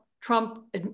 Trump